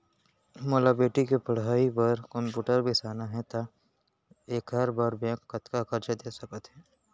मोला बेटी के पढ़ई बार कम्प्यूटर बिसाना हे त का एखर बर बैंक कतका करजा दे सकत हे?